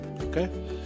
Okay